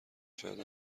شاید